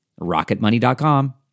Rocketmoney.com